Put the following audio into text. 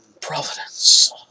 providence